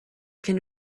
can